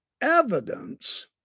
evidence